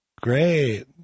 great